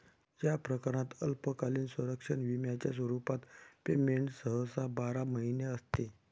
या प्रकरणात अल्पकालीन संरक्षण विम्याच्या स्वरूपात पेमेंट सहसा बारा महिने असते